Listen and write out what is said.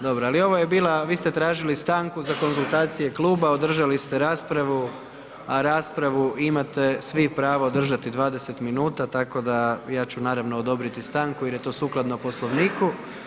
Dobro, dobro ali ovo je bila, vi ste tražili stanku za konzultacije kluba, održali ste raspravu a raspravu imate svi pravo držati 20 minuta, tako da ja ću naravno odobriti stanku jer je to sukladno Poslovniku.